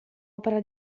opera